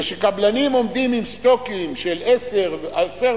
וכשקבלנים עומדים עם סטוקים של 10,000